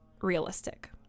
realistic